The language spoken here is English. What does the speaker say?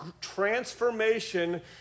transformation